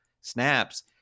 snaps